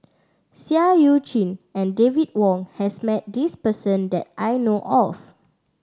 Seah Eu Chin and David Wong has met this person that I know of